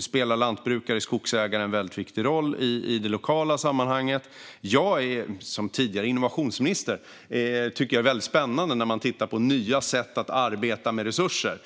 spelar lantbrukare och skogsägare en viktig roll i det lokala sammanhanget. Jag, som tidigare innovationsminister, tycker att det är spännande att titta på nya sätt att arbeta med resurser.